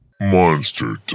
Monster